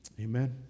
Amen